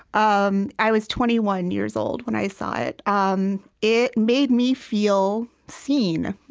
um i was twenty one years old when i saw it. um it made me feel seen.